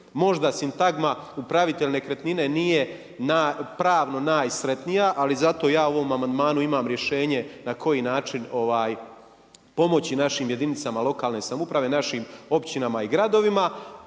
možda sintagma upravitelj nekretnine, nije pravno najsretnija, ali zato ja u ovom amandmanu imam rješenje na koji način pomoći našim jedinicama lokalne samouprave, našim općinama i gradovima,